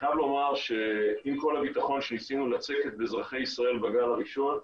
ואני חייב לומר שעם כל הביטחון שניסינו לצקת באזרחי ישראל בגל הראשון,